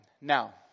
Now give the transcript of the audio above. Now